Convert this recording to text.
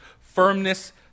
firmness